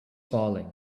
falling